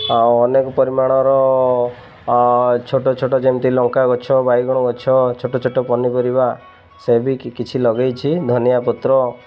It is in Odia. ଆଉ ଅନେକ ପରିମାଣର ଛୋଟ ଛୋଟ ଯେମିତି ଲଙ୍କା ଗଛ ବାଇଗଣ ଗଛ ଛୋଟ ଛୋଟ ପନିପରିବା ସେ ବି କିଛି ଲଗାଇଛି ଧନିଆ ପତ୍ର